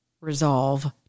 resolve